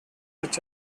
parts